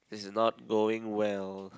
this is not going well